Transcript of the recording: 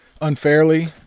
unfairly